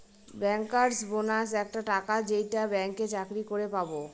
bankers bonus একটা টাকা যেইটা ব্যাঙ্কে চাকরি করে পাবো